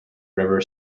river